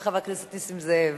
מה קורה, חבר הכנסת נסים זאב,